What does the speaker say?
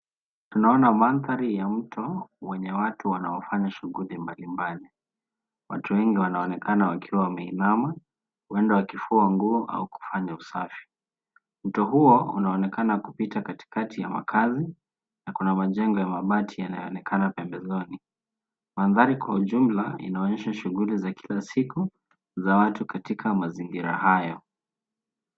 Tunaona mandhari ya mto wenye watu wanoafanya shughuli mbalimbali. Watu wengi wanaonekana wakiwa wameinama huenda wakifua nguo au kufanya usafi. Mto huo unaonekana kupita katikati ya makazi na kuna majengo ya mabati yanayo onekana pembezoni. Mandhari kwa ujumla inaonyesha shughuli za kila siku za watu katika mazingira hayo.